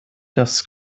das